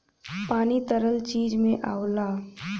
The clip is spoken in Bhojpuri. पानी तरल चीज में आवला